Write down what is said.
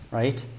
right